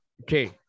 okay